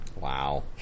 Wow